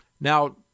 Now